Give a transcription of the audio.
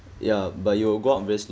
ya but you've got